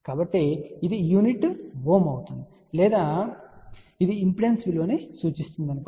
కాబట్టి దీని unit ohm అవుతుంది లేదా ఇది ఇంపిడెన్స్ విలువను సూచిస్తుందని మీరు చెప్పవచ్చు